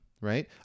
right